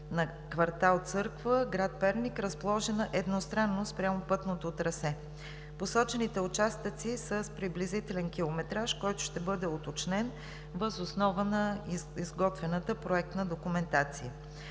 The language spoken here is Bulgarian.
на квартал „Църква“ – град Перник, разположена едностранно спрямо пътното трасе. Посочените участъци са с приблизителен километраж, който ще бъде уточнен въз основа на изготвената проектна документация.